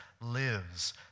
lives